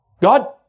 God